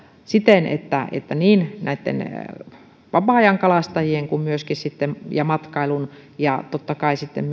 siten että että niin vapaa ajankalastajien kuin matkailun ja totta kai sitten